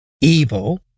evil